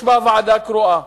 יש בה ועדה קרואה.